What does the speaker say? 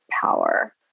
power